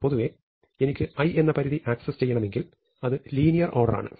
പൊതുവേ എനിക്ക് i എന്ന പരിധി ആക്സസ് ചെയ്യണമെങ്കിൽ അത് linear order ആണ്